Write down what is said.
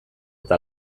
eta